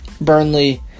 Burnley